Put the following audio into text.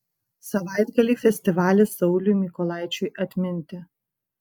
savaitgalį festivalis sauliui mykolaičiui atminti